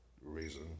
reason